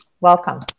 Welcome